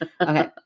Okay